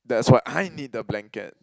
that's why I need the blanket